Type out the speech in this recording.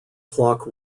clock